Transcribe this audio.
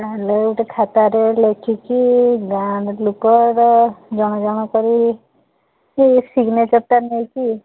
ତା'ହେଲେ ଗୋଟେ ଖାତାରେ ଲେଖିକି ଗାଆଁର ଲୋକର ଜଣ ଣ କରି କି ସିଗନେଚର୍ଟା ନେଇକି